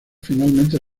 finalmente